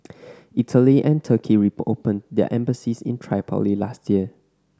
Italy and Turkey their embassies in Tripoli last year